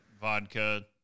vodka